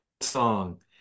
song